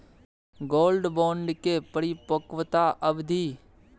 Gold bond के परिपक्वता अवधि?